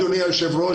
אדוני היושב-ראש,